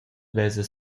vesa